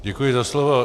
Děkuji za slovo.